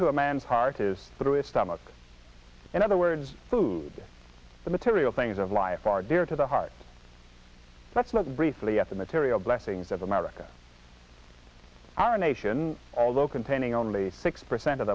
to a man's heart is through his stomach in other words food the material things of life are dear to the heart let's look briefly at the material blessings of america our nation although containing only six percent of